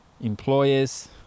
employers